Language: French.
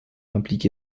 impliqué